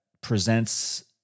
presents